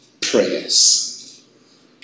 prayers